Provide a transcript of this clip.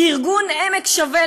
ארגון "עמק שווה",